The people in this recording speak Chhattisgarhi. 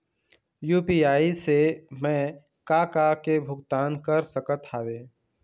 यू.पी.आई से मैं का का के भुगतान कर सकत हावे?